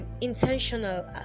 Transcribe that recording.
intentional